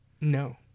No